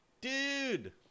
Dude